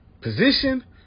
position